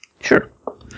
Sure